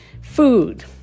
Food